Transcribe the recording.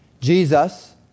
Jesus